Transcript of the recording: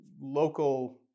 local